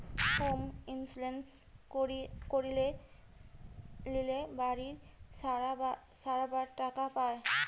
home insurance করিয়ে লিলে বাড়ি সারাবার টাকা পায়